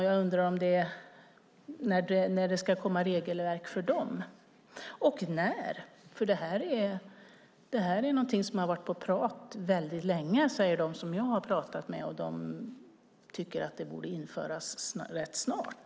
Jag undrar när det ska komma regelverk för dem. Det här är någonting som har varit på tal väldigt länge, säger de som jag har pratat med. De tycker att det borde införas rätt snart.